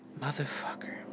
motherfucker